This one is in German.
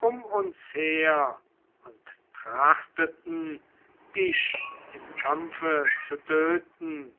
um uns her und trachteten dich im kampfe zu töten